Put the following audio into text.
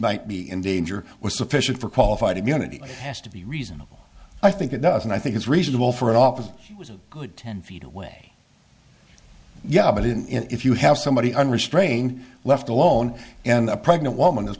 might be in danger was sufficient for qualified immunity has to be reasonable i think it does and i think it's reasonable for an officer was a good ten feet away yeah but in if you have somebody unrestrained left alone and a pregnant woman is